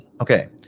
Okay